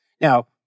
Now